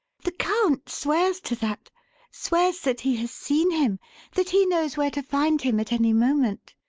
the count swears to that swears that he has seen him that he knows where to find him at any moment.